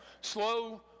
Slow